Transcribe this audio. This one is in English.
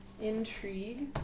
Intrigue